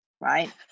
right